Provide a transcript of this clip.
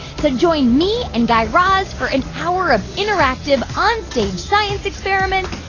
so join me and guy raz for an hour of interactive, onstage science experiments,